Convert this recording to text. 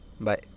Bye